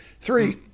Three